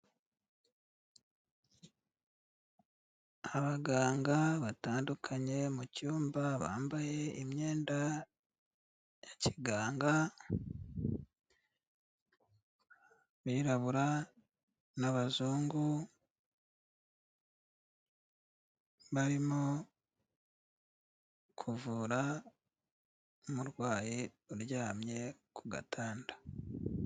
Abaganga batandukanye mucyumba bambaye imyenda ya kiganga, birarabura na bazungu, barimo kuvura umurwayi uryamye ku gatanda.